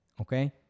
okay